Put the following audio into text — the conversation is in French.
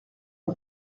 ont